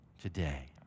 today